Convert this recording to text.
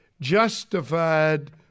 justified